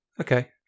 Okay